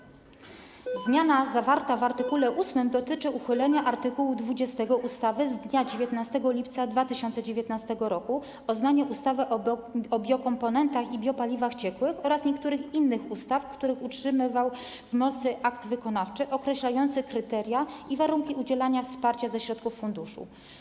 Zmiana zawarta w art. 8 dotyczy uchylenia art. 20 ustawy z dnia 19 lipca 2019 r. o zmianie ustawy o biokomponentach i biopaliwach ciekłych oraz niektórych innych ustaw, który utrzymywał w mocy akt wykonawczy określający kryteria i warunki udzielania wsparcia ze środków funduszu.